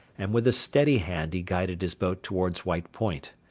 and with a steady hand he guided his boat towards white point.